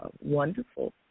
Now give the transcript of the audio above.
wonderful